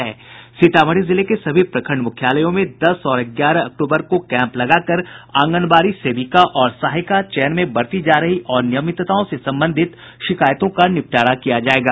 सीतामढ़ी जिले के सभी प्रखंड मुख्यालयों में दस और ग्यारह अक्टूबर को कैंप लगाकर आंगनबाड़ी सेविका और सहायिका चयन में बरती जा रही अनियमितताओं से संबंधित शिकायतों का निपटारा किया जायेगा